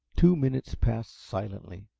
two minutes passed silently.